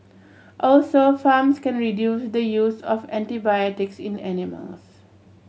also farms can reduce the use of antibiotics in animals